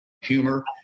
humor